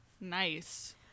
nice